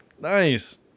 Nice